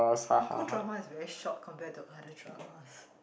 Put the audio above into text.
Hong-Kong drama is very short compared to other dramas